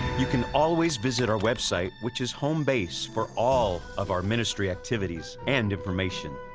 you can always visit our website, which is home base for all of our ministry activities and information.